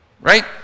right